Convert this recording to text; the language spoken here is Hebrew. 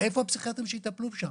איפה הפסיכיאטרים שיטפלו שם?